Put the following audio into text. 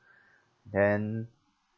then